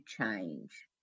change